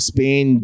Spain